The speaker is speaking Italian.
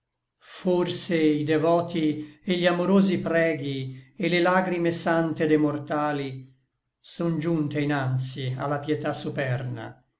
forse i devoti et gli amorosi preghi et le lagrime sancte de mortali son giunte inanzi a la pietà superna